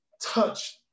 touch